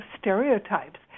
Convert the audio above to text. stereotypes